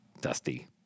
dusty